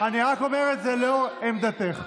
אני רק אומר את זה לאור עמדתך.